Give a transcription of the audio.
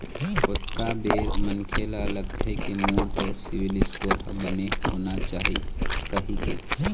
ओतका बेर मनखे ल लगथे के मोर तो सिविल स्कोर ह बने होना चाही कहिके